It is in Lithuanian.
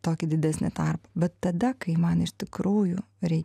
tokį didesnį tarpą bet tada kai man iš tikrųjų reik